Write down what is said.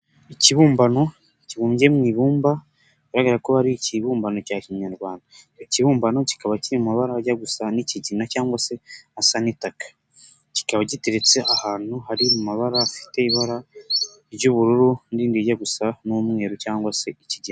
Ikibumbano kibumbye mu ibumba bigaragara ko ari ikibumbano cya kinyarwanda, icyo kibumbano kikaba kiri mu mabara ajya gusa n'ikigina cyangwag se n'igitaka, kikaba giteretse ahantu hari mu mabara afite ibara ry'ubururu nirindi rijya gusa n'umweru cyangwa se ikigina.